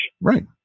Right